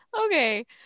okay